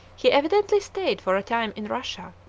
he evidently stayed for a time in russia,